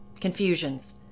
Confusions